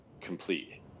complete